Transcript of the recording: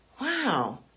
wow